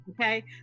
Okay